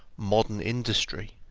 modern industry,